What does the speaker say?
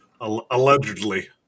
Allegedly